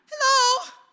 Hello